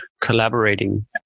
collaborating